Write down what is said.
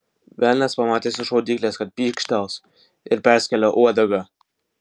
velnias pamatęs iš šaudyklės kad pykštels ir perskėlė uodegą